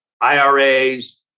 IRAs